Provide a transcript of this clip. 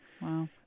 Wow